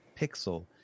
pixel